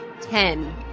Ten